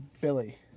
Billy